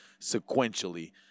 sequentially